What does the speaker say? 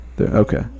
Okay